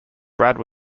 brad